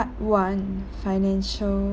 one financial